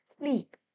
sleep